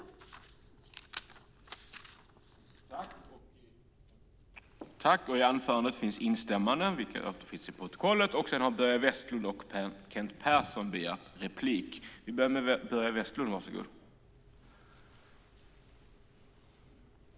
I detta anförande instämde Jonas Jacobsson Gjörtler, Olof Lavesson, Hans Rothenberg och Boriana Åberg samt Helena Lindahl och Marie Wickberg .